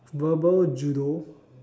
verbal judo